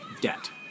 debt